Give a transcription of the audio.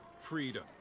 Freedom